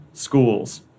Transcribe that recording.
schools